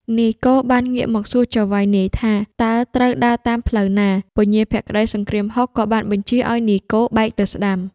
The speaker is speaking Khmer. នាយគោបានងាកមកសួរចៅហ្វាយនាយថា តើត្រូវដើរតាមផ្លូវណា? ពញាភក្តីសង្គ្រាមហុក ក៏បានបញ្ជាឲ្យនាយគោ បែកទៅស្តាំ។